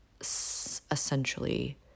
essentially